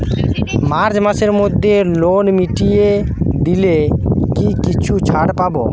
March মাসের মধ্যে loan মিটিয়ে দিলে কি কিছু ছাড় পাব?